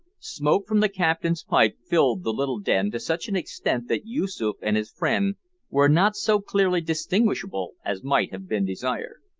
smoke from the captain's pipe filled the little den to such an extent that yoosoof and his friend were not so clearly distinguishable as might have been desired.